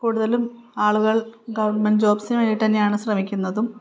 കൂടുതലും ആളുകൾ ഗവൺമെൻ്റ് ജോബ്സിന് വേണ്ടിത്തന്നെയാണ് ശ്രമിക്കുന്നതും